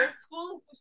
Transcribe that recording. school